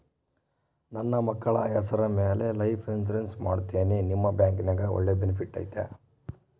ನನ್ನ ಮಕ್ಕಳ ಹೆಸರ ಮ್ಯಾಲೆ ಲೈಫ್ ಇನ್ಸೂರೆನ್ಸ್ ಮಾಡತೇನಿ ನಿಮ್ಮ ಬ್ಯಾಂಕಿನ್ಯಾಗ ಒಳ್ಳೆ ಬೆನಿಫಿಟ್ ಐತಾ?